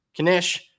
Kanish